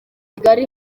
kigali